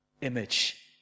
image